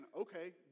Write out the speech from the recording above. okay